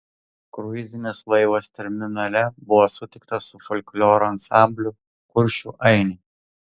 kruizinis laivas terminale buvo sutiktas su folkloro ansambliu kuršių ainiai